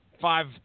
Five